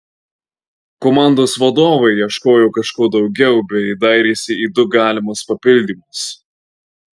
komandos vadovai ieškojo kažko daugiau bei dairėsi į du galimus papildymus